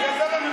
תודה.